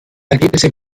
ergebnisse